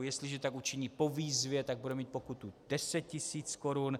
Jestliže tak učiní po výzvě, bude mít pokutu 10 tisíc korun.